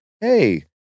hey